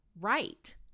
right